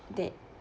they